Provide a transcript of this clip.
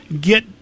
get